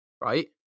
right